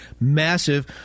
massive